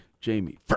Jamie